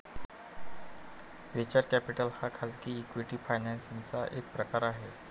venture capital हा खाजगी equity financing चा एक प्रकार आहे